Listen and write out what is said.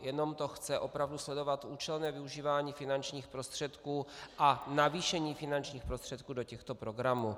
Jenom to chce opravdu sledovat účelné využívání finančních prostředků a navýšení finančních prostředků do těchto programů.